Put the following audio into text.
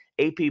AP